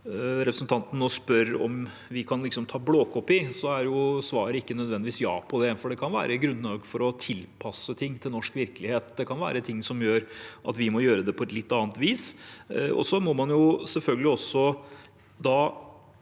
grad representanten nå spør om vi liksom kan ta blåkopi, er ikke svaret nødvendigvis ja på det, for det kan være grunnlag for å tilpasse ting til norsk virkelighet. Det kan være ting som gjør at vi må gjøre det på et litt annet vis. Man må selvfølgelig